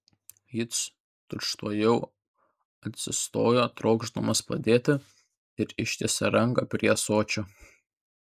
jis tučtuojau atsistojo trokšdamas padėti ir ištiesė ranką prie ąsočio